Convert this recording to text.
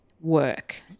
work